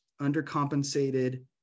undercompensated